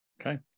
Okay